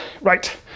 right